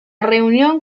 reunión